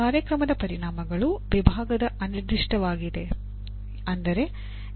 ಈ ಕಾರ್ಯಕ್ರಮದ ಪರಿಣಾಮಗಳು ವಿಭಾಗದ ಅನಿರ್ದಿಷ್ಟವಾಗಿವೆ